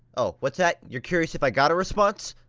oh, what's that? you're curious if i got a response?